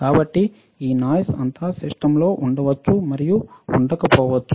కాబట్టి ఈ నాయిస్ అంతా సిస్టమ్లో ఉండవచ్చు మరియు ఉండకపోవచ్చు